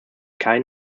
kein